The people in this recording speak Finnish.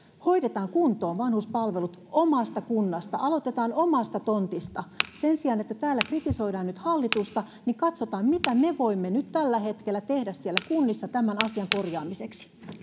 hoidetaan kuntoon vanhuspalvelut omasta kunnasta aloitetaan omasta tontista sen sijaan että täällä kritisoidaan nyt hallitusta katsotaan mitä me voimme tällä hetkellä tehdä kunnissa tämän asian korjaamiseksi